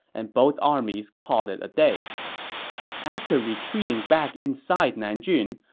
and both armies called it a day after retreating back inside nanjun,